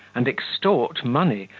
and extort money,